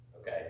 okay